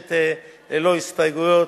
מוגשת ללא הסתייגויות,